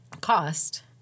cost